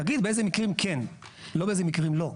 תגיד באילו מקרים כן, לא באיזה מקרים לא.